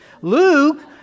Luke